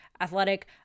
athletic